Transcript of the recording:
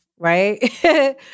Right